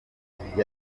iminsi